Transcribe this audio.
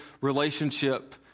relationship